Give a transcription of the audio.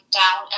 down